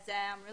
ניסיתי